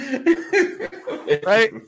Right